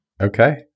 Okay